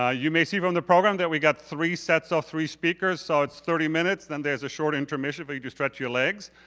ah you may receive on the program that we got three sets of ah three speakers. so it's thirty minutes then there's a short intermission for you to stretch your legs.